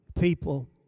people